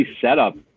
setup